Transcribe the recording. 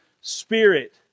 Spirit